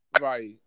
Right